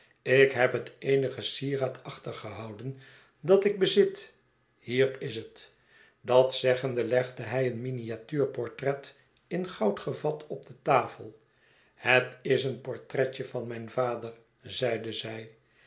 ik heb het eenige sieraad achter gehouden dat ik bezit hier is het dat zeggende legde zij een miniatuurportret in goud gevat op de tafel het is een portretje van mijn vader zeide zij